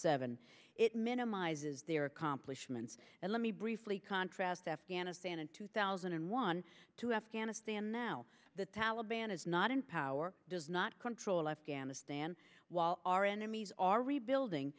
seven it minimises their accomplishments and let me briefly contrast afghanistan in two thousand and one to afghanistan now the taliban is not in power does not control afghanistan while our enemies are rebuilding